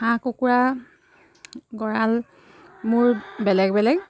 হাঁহ কুকুৰা গঁৰাল মোৰ বেলেগ বেলেগ